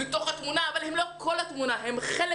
של המשבר לתנאים שגרתיים, שוגה